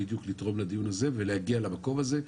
בדיוק לתרום לדיון הזה ולהגיע למקום הזה.